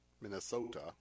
Minnesota